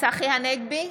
צחי הנגבי,